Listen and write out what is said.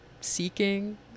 seeking